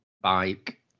bike